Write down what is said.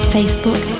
Facebook